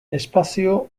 espazio